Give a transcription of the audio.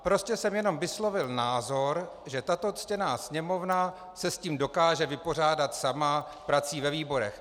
Prostě jsem jenom vyslovil názor, že tato ctěná Sněmovna se s tím dokáže vypořádat sama prací ve výborech.